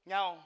Now